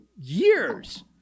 years